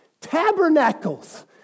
tabernacles